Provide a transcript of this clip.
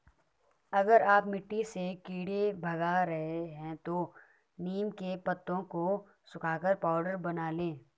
अगर आप मिट्टी से कीड़े भगा रही हैं तो नीम के पत्तों को सुखाकर पाउडर बना लें